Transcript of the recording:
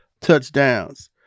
touchdowns